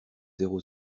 zéro